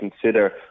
consider